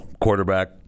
quarterback